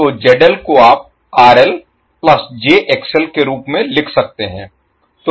तो ZL को आप RL plus jXL के रूप में लिख सकते हैं